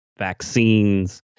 vaccines